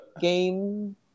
game